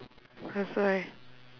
that's why